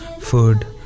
food